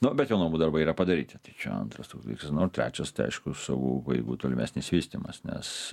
nu bet jau namų darbai yra padaryti tai čia antras toks dalykas trečias tai aišku savų pajėgų tolimesnis vystymas nes